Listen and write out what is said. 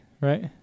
right